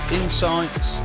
insights